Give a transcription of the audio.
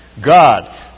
God